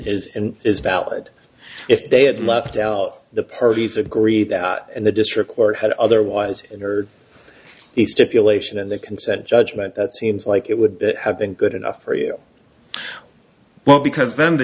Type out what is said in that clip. and is valid if they had left out the parties agree that and the district court had otherwise or the stipulation and the consent judgment that seems like it would have been good enough for you well because then the